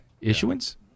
Issuance